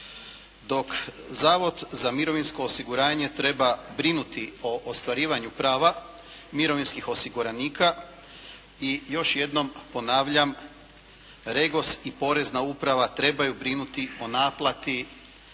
Dok Zavod za mirovinsko osiguranje treba brinuti o ostvarivanju prava mirovinskih osiguranika i još jednom ponavljam REGOS i Porezna uprava trebaju brinuti o naplati